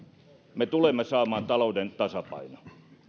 me tulemme saamaan talouden tasapainoon